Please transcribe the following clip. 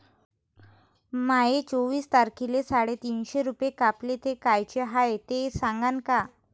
माये चोवीस तारखेले साडेतीनशे रूपे कापले, ते कायचे हाय ते सांगान का?